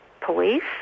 police